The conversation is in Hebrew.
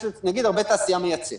יש הרבה תעשייה שמייצאת